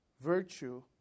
virtue